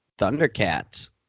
Thundercats